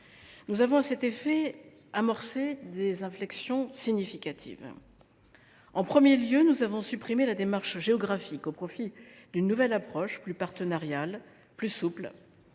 Nous avons à cet effet amorcé des inflexions significatives. En premier lieu, nous avons supprimé la démarche géographique au profit d’une nouvelle approche, plus partenariale, plus souple.